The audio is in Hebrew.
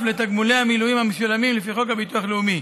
לתגמולי המילואים המשולמים לפי חוק הביטוח הלאומי.